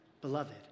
beloved